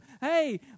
Hey